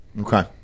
Okay